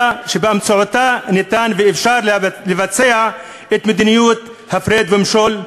שבאמצעותה ניתן ואפשר לבצע את מדיניות ההפרד ומשול,